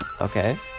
Okay